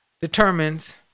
determines